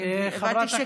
הבנתי שקיש.